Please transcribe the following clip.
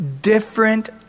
different